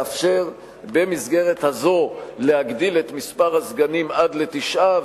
לאפשר במסגרת הזאת להגדיל את מספר הסגנים עד לתשעה,